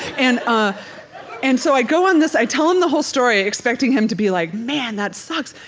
and ah and so i go on this i tell him the whole story expecting him to be like, man, that sucks,